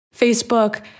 Facebook